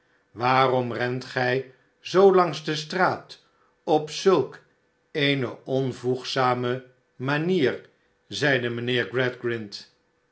waarom rent gij zoo langs de straat op zulk eene onvoegzamemanier zeide mijnheer